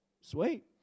Sweet